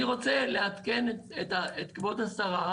אני רוצה לעדכן את כבוד השרה,